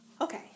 Okay